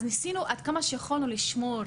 אז ניסינו עד כמה שיכולנו לשמור